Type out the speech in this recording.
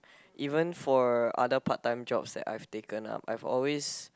even for other part time jobs that I've taken I've always